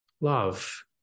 love